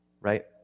Right